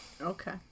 Okay